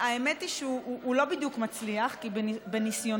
האמת היא שהוא לא בדיוק מצליח, כי בניסיונותיו,